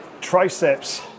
triceps